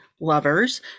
lovers